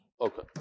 Okay